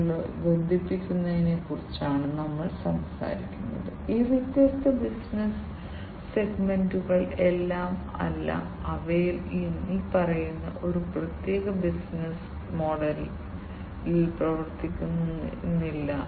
കാരണം ചെലവ് കുറച്ചില്ലെങ്കിൽ ഈ വ്യത്യസ്ത സെൻസറുകളുടെ കൂടുതൽ പകർപ്പുകൾ ലഭിക്കുന്നതിനും അത് കൂടുതൽ പകർത്തുന്നതിനും നിർമ്മിക്കുന്നതിന് പകർപ്പെടുക്കാനും സ്കെയിൽ അപ്പ് ചെയ്യാനും കഴിയില്ല